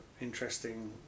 interesting